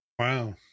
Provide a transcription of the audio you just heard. Wow